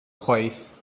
chwaith